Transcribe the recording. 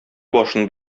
башын